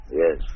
yes